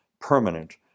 permanent